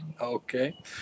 Okay